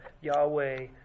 Yahweh